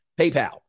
paypal